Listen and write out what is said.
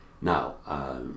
now